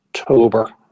october